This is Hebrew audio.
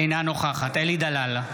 אינה נוכחת אלי דלל,